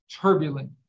turbulent